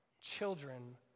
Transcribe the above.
children